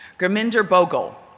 gurminder bhogal,